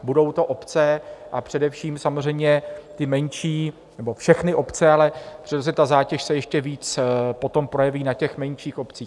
Budou to obce, a především samozřejmě ty menší, nebo všechny obce, ale přirozeně ta zátěž se ještě víc potom projeví na menších obcích.